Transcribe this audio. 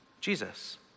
Jesus